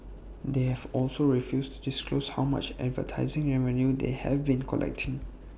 they have also refused to disclose how much advertising revenue they have been collecting